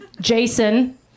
Jason